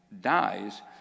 dies